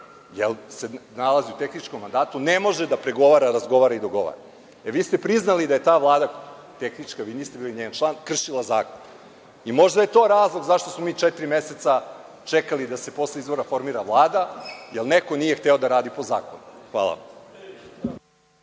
se nalazi u tehničkom mandatu, ne može da razgovara, pregovara i dogovara. E, vi ste priznali da je ta Vlada, tehnička, vi niste bili njen član, kršila zakon. Možda je i to razlog zašto smo mi četiri meseca čekali da se posle izbora formira Vlada – jer neko nije hteo da radi po zakonu. Hvala